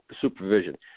Supervision